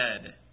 dead